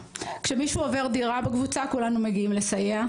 כשמישהו עובר דירה בקבוצה, כולנו מגיעים לסייע.